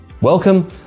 Welcome